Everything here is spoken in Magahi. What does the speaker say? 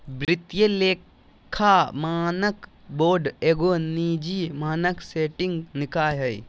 वित्तीय लेखा मानक बोर्ड एगो निजी मानक सेटिंग निकाय हइ